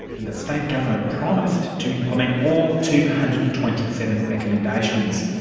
and the state government promised to implement all two hundred and twenty seven recommendations.